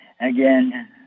again